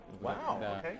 Wow